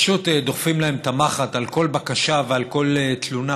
פשוט דוחפים להם את המחט על כל בקשה ועל כל תלונה,